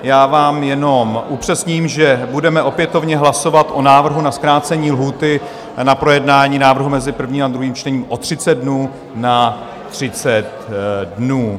Já vám jenom upřesním, že budeme opětovně hlasovat o návrhu na zkrácení lhůty na projednání návrhu mezi prvním a druhým čtením o 30 dnů na 30 dnů.